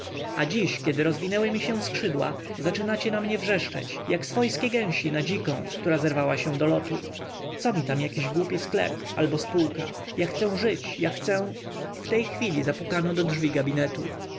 a dziś kiedy rozwinęły mi się skrzydła zaczynacie na mnie wrzeszczeć jak swojskie gęsi na dziką która zerwała się do lotu co mi tam jakiś głupi sklep albo spółka ja chcę żyć ja chcę w tej chwili zapukano do drzwi gabinetu